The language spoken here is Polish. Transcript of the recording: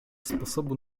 sposobu